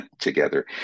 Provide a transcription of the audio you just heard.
together